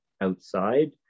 outside